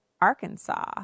Arkansas